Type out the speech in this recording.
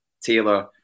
Taylor